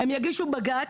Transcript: הם יגישו בג"ץ,